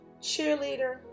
cheerleader